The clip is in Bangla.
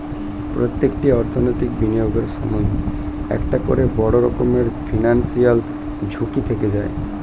প্রত্যেকটি অর্থনৈতিক বিনিয়োগের সময়ই একটা করে বড় রকমের ফিনান্সিয়াল ঝুঁকি থেকে যায়